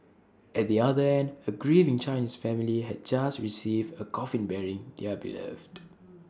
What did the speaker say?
at the other end A grieving Chinese family had just received A coffin bearing their beloved